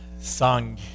sung